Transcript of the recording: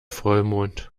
vollmond